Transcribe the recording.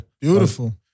Beautiful